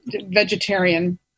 vegetarian